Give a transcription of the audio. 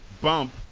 bump